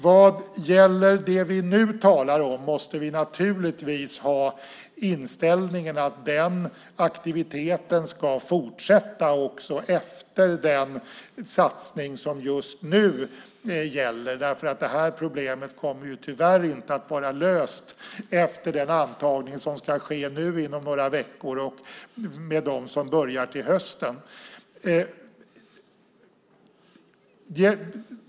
Vad gäller det vi nu talar om måste vi naturligtvis ha inställningen att den aktiviteten ska fortsätta också efter den satsning som just nu gäller. Det här problemet kommer ju tyvärr inte att vara löst efter den antagning som ska ske inom några veckor och i och med dem som börjar till hösten.